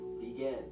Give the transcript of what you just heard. begin